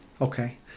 Okay